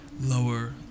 lower